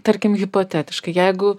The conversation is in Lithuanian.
tarkim hipotetiškai jeigu